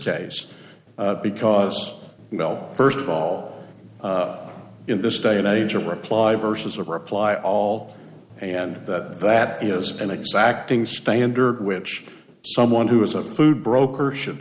case because well first of all in this day and age of reply versus a reply all and that that is an exacting standard which someone who is a food broker should